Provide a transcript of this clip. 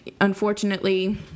unfortunately